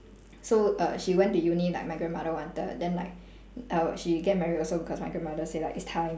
so err she went to uni like my grandmother wanted then like err she get married also because my grandmother say like it's time